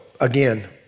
again